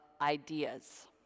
ideas